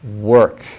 work